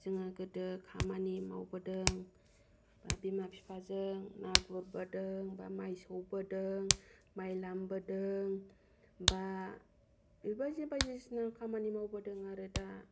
जोङो गोदो खामानि मावबोदों बा बिमा बिफाजों ना गुरबोदों माइ सौबोदों माइ लामबोदों बा बेबायदि बायदिसिना खामानि मावबोदों आरो दा